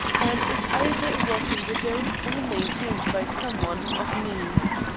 and is either a wealthy widow or maintained by some one of means.